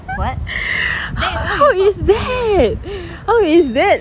how is that how is that